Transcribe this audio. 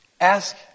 Ask